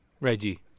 Reggie